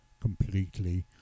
completely